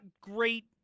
great